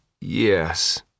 yes